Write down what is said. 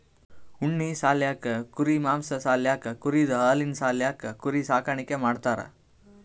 ಉಣ್ಣಿ ಸಾಲ್ಯಾಕ್ ಕುರಿ ಮಾಂಸಾ ಸಾಲ್ಯಾಕ್ ಕುರಿದ್ ಹಾಲಿನ್ ಸಾಲ್ಯಾಕ್ ಕುರಿ ಸಾಕಾಣಿಕೆ ಮಾಡ್ತಾರಾ